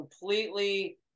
completely